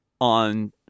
on